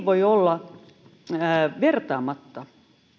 voi olla vertaamatta